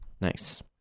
Nice